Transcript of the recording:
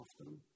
often